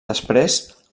després